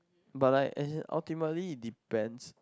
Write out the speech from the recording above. but like as in ultimately it depends